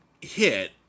hit